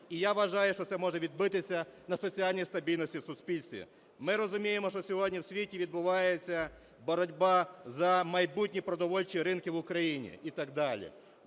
І я вважаю, що це може відбитися на соціальній стабільності в суспільстві. Ми розуміємо, що сьогодні в світі відбувається боротьба за майбутні продовольчі ринки в Україні і так далі.